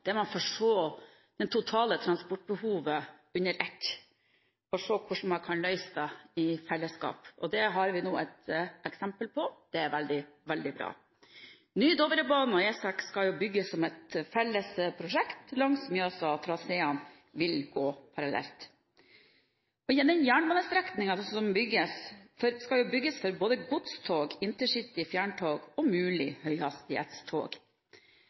av, der man ser det totale transportbehovet under ett og ser på hvordan man kan løse det i fellesskap. Det har vi nå et eksempel på – det er veldig bra. Ny Dovrebane og E6 skal bygges som et felles prosjekt langs Mjøsa. Traseene vil gå parallelt. Den jernbanestrekningen som bygges, skal bygges for både godstog, intercitytog, fjerntog og muligens høyhastighetstog.